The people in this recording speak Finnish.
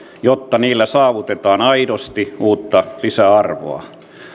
jotta niillä saavutetaan aidosti uutta lisäarvoa